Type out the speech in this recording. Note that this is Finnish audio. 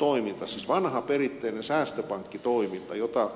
luottolaitostoimintaa siis vanhaa perinteistä säästöpankkitoimintaa edustaa